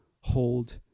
hold